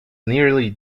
nearly